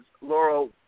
Laurel